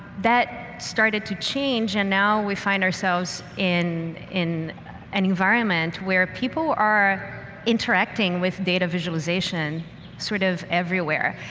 that started to change, and now we find ourselves in in an environment where people are interacting with data visualization sort of everywhere.